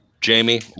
jamie